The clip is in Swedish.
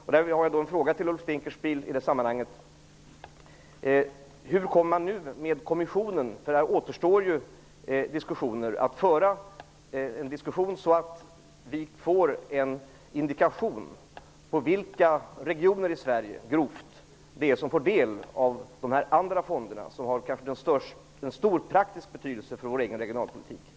Jag har i detta sammanhang en fråga till Ulf Dinkelspiel: Kan vi i diskussioner med kommissionen få en grov indikation på vilka regioner i Sverige som får del av de andra fonderna? Det har stor praktisk betydelse för vår egen regionalpolitik.